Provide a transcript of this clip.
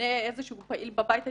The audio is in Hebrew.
שממנה איזשהו פעיל בבית היהודי.